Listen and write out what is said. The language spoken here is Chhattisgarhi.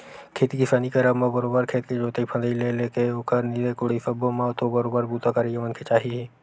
खेती किसानी करब म बरोबर खेत के जोंतई फंदई ले लेके ओखर निंदई कोड़ई सब्बो म तो बरोबर बूता करइया मनखे चाही ही